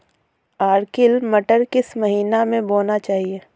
Arkel मटर किस महीना में बोना चाहिए?